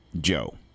Joe